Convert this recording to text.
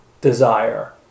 desire